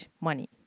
money